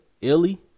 Illy